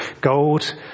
gold